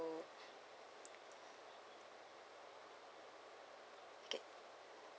okay